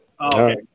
Okay